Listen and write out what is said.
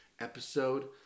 episode